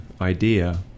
idea